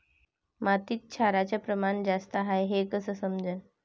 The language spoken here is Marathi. मातीत क्षाराचं प्रमान जास्त हाये हे कस समजन?